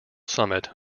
summit